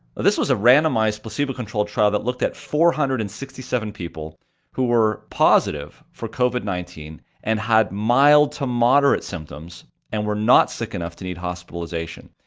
this was a randomized placebo-controlled trial that looked at four hundred and sixty seven people who were positive for covid nineteen and had mild to moderate symptoms and were not sick enough to need hospitalization.